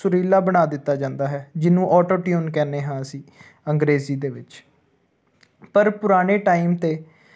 ਸੁਰੀਲਾ ਬਣਾ ਦਿੱਤਾ ਜਾਂਦਾ ਹੈ ਜਿਹਨੂੰ ਆਟੋ ਟਿਊਨ ਕਹਿੰਦੇ ਹਾਂ ਅਸੀਂ ਅੰਗਰੇਜ਼ੀ ਦੇ ਵਿੱਚ ਪਰ ਪੁਰਾਣੇ ਟਾਈਮ 'ਤੇ